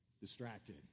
Distracted